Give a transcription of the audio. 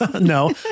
no